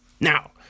now